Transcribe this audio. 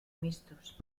mixtos